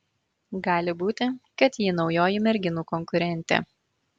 gali būti kad ji naujoji merginų konkurentė